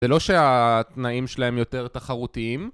זה לא שהתנאים שלהם יותר תחרותיים.